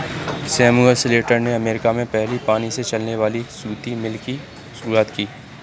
Samuel Slater ने America में पहली पानी से चलने वाली सूती मिल की शुरुआत की